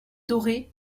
dorées